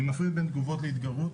אני מפריד בין תגובות להתגרות